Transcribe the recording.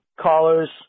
Callers